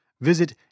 Visit